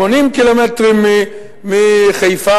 80 קילומטרים מחיפה,